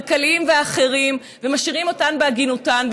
כלכליים ואחרים ומשאירים אותן בעגינותן.